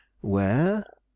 Where